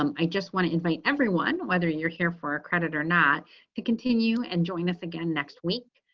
um i just want to invite everyone, whether you're here for a credit or not to continue and join us again next week.